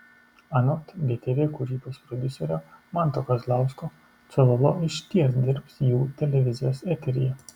anot btv kūrybos prodiuserio manto kazlausko cololo išties dirbs jų televizijos eteryje